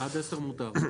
עד עשר מטילות מותר.